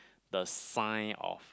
the sign of